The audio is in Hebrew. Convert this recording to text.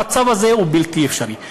המצב הזה הוא בלתי אפשרי.